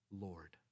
Lord